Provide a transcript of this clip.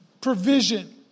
provision